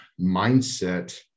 mindset